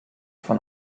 von